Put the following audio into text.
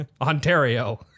Ontario